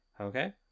Okay